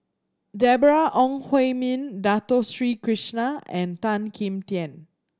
Deborah Ong Hui Min Dato Sri Krishna and Tan Kim Tian